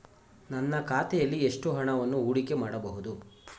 ನನ್ನ ಖಾತೆಯಲ್ಲಿ ಎಷ್ಟು ಹಣವನ್ನು ಹೂಡಿಕೆ ಮಾಡಬಹುದು?